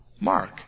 Mark